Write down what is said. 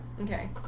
Okay